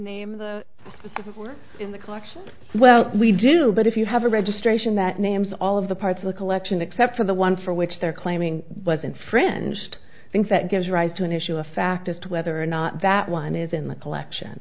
name the in the collection well we do but if you have a registration that names all of the parts of the collection except for the one for which they're claiming was infringed i think that gives rise to an issue of fact as to whether or not that one is in the collection